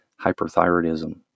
hyperthyroidism